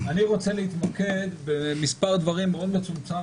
אני רוצה להתמקד במספר דברים מאוד מצומצם